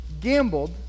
gambled